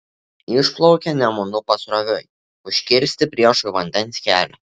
išplaukė nemunu pasroviui užkirsti priešui vandens kelią